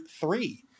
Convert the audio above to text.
three